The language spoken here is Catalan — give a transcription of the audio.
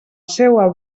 seua